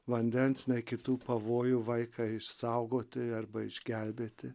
vandens nei kitų pavojų vaiką išsaugoti arba išgelbėti